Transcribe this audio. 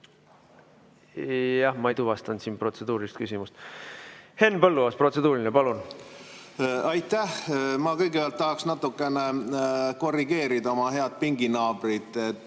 ma ei tuvastanud siin protseduurilist küsimust. Henn Põlluaas, protseduuriline, palun! Aitäh! Ma kõigepealt tahaks natuke korrigeerida oma head pinginaabrit.